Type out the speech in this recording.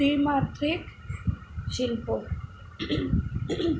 ত্রিমাত্রিক শিল্প